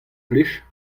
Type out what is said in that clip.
plij